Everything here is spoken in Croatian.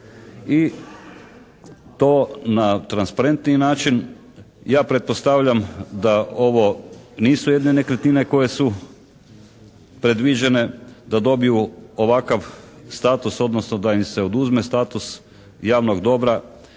i to na transparentniji način. Ja pretpostavljam da ovo nisu jedine nekretnine koje su predviđene da dobiju ovakav status, odnosno da im se oduzme status javnog dobra